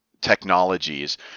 technologies